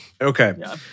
Okay